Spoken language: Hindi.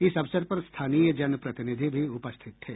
इस अवसर पर स्थानीय जन प्रतिनिधि भी उपस्थित थे